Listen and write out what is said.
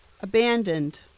abandoned